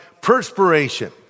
perspiration